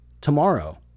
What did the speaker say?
tomorrow